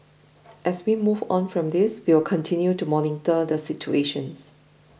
as we move on from this we will continue to monitor the situation